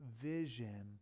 vision